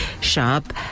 Shop